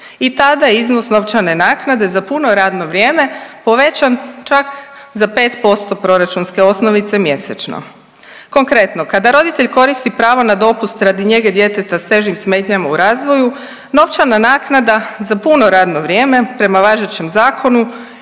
i tada je iznos novčane naknade za puno radno vrijeme povećan čak za 5% proračunske osnovice mjesečno. Konkretno, kada roditelj koristi pravo na dopust radi njege djeteta s težim smetnjama u razvoju novčana naknada za puno radno vrijeme prema važećem zakonu